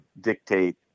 dictate